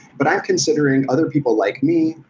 but i'm considered other people like me,